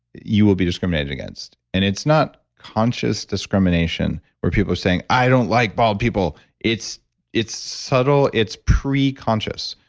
you will be discriminated against. and it's not conscious discrimination where people are saying, i don't like bald people. it's it's subtle, it's preconscious.